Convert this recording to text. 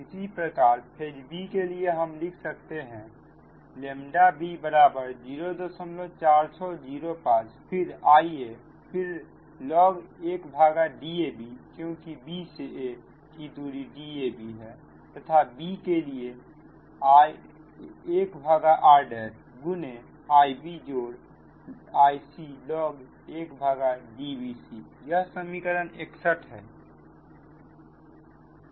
इसी प्रकार phase b के लिए हम लिख सकते हैं ʎb 04605 फिर Ia फिर log 1Dab क्योंकि b से a की दूरी Dab है तथा b के लिए 1r गुने Ibजोड़ Iclog 1Dbcयह समीकरण 61 है